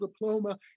diploma